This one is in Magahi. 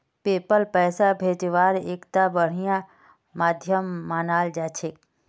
पेपल पैसा भेजवार एकता बढ़िया माध्यम मानाल जा छेक